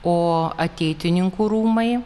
o ateitininkų rūmai